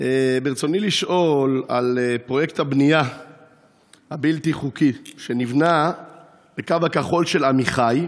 ברצוני לשאול על פרויקט הבנייה הבלתי-חוקי שנבנה בקו הכחול של עמיחי,